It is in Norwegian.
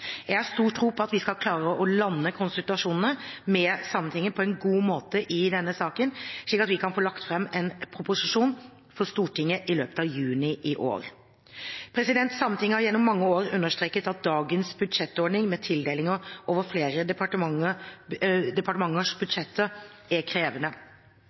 Jeg har stor tro på at vi skal klare å lande konsultasjonene med Sametinget på en god måte i denne saken, slik at vi kan få lagt fram en proposisjon for Stortinget i løpet av juni i år. Sametinget har gjennom mange år understreket at dagens budsjettordning, med tildelinger over flere departementers budsjetter, er krevende.